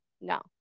No